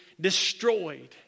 destroyed